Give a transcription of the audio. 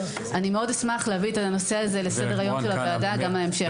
אני מאוד אשמח להביא את הנושא הזה לסדר היום של הוועדה גם בהמשך.